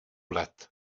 let